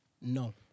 no